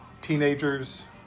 teenagers